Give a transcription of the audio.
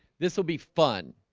this will be fun.